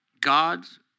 God's